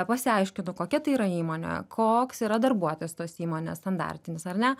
pasiaiškinu kokia tai yra įmonė koks yra darbuotojas tos įmonės standartinis ar ne